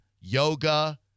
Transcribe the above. yoga